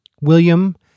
William